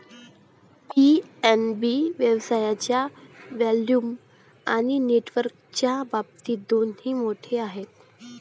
PNB व्यवसायाच्या volume आणि नेटवर्कच्या बाबतीत दोन्ही मोठे आहे